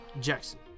Jackson